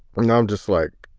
um no, i'm just like,